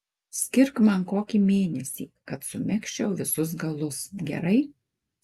skirk man kokį mėnesį kad sumegzčiau visus galus gerai